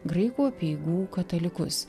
graikų apeigų katalikus